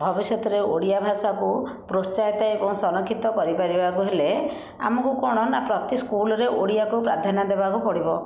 ଭବିଷ୍ୟତରେ ଓଡ଼ିଆ ଭାଷାକୁ ପ୍ରୋତ୍ସାହିତ ଏବଂ ସରଂକ୍ଷିତ କରିପାରିବାକୁ ହେଲେ ଆମକୁ କଣ ନା ପ୍ରତି ସ୍କୁଲରେ ଓଡ଼ିଆକୁ ପ୍ରାଧାନ୍ୟ ଦେବାକୁ ପଡ଼ିବ